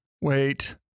Wait